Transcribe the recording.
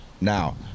Now